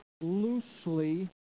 loosely